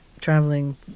traveling